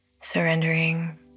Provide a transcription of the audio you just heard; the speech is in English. surrendering